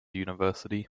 university